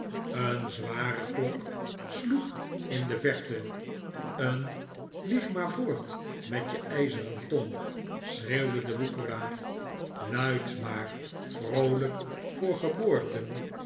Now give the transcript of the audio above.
een zware klok sloeg in de verte een lieg maar voort met je ijzeren tong schreeuwde de woekeraar luid maar vroolijk voor geboorten